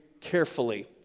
carefully